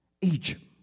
Egypt